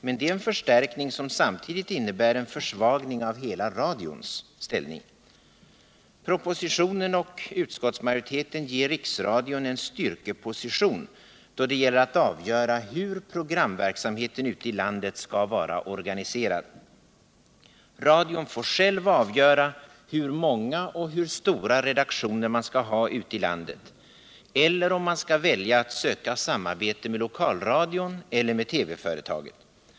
Men det är en förstärkning som samtidigt innebär en försvagning av hela radions ställning. Propositionen och utskottsmajoriteten ger riksradion en styrkeposition då det gäller att avgöra hur programverksamheten ute i landet skall vara organiserad. Radion får själv avgöra hur många och hur stora redaktioner man skall ha ute i landet eller om man skall välja att söka samarbete med lokalradion och med TV-företaget.